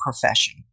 profession